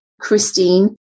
christine